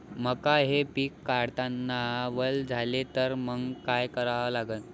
मका हे पिक काढतांना वल झाले तर मंग काय करावं लागन?